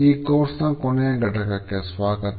ಈ ಕೋರ್ಸ್ ನ ಕೊನೆಯ ಘಟಕಕ್ಕೆ ಸ್ವಾಗತ